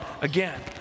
again